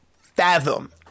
fathom